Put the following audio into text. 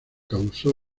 causó